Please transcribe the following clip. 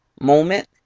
moment